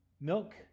milk